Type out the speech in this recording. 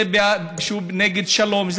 זה שהוא נגד שלום,